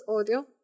audio